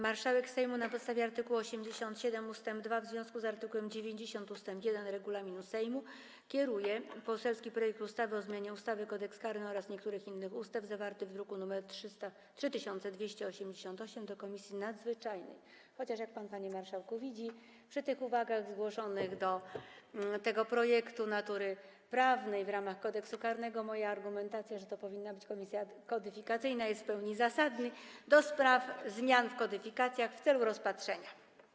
Marszałek Sejmu, na podstawie art. 87 ust. 2 w związku z art. 90 ust. 1 regulaminu Sejmu, kieruje poselski projekt ustawy o zmianie ustawy Kodeks karny oraz niektórych innych ustaw, zawarty w druku nr 3288, do Komisji Nadzwyczajnej - chociaż jak pan, panie marszałku, widzi, przy tych uwagach natury prawnej zgłoszonych do tego projektu w związku z Kodeksem karnym moja argumentacja, że to powinna być komisja kodyfikacyjna, jest w pełni zasadna - do spraw zmian w kodyfikacjach w celu rozpatrzenia.